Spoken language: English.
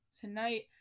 tonight